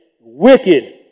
wicked